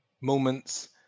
moments